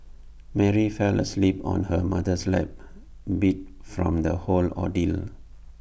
Mary fell asleep on her mother's lap beat from the whole ordeal